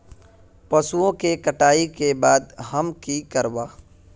पशुओं के कटाई के बाद हम की करवा?